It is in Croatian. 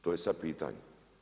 To je sad pitanje.